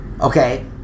Okay